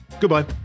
Goodbye